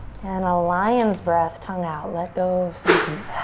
and a lion's breath, tongue out. let go of some heat.